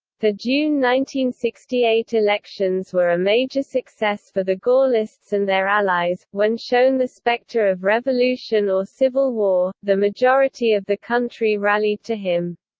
the june sixty eight elections were a major success for the gaullists and their allies when shown the spectre of revolution or civil war, the majority of the country rallied to him.